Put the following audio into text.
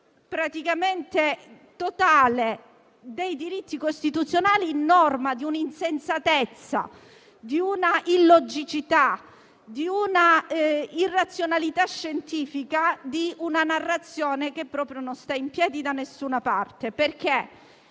praticamente totale dei diritti costituzionali, in nome di un'insensatezza, di un'illogicità, di un'irrazionalità scientifica e di una narrazione che proprio non stanno in piedi da alcuna parte. Vaccini